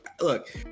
look